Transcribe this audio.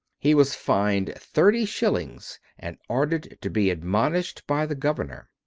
he was fined thirty shillings, and ordered to be admonished by the governor.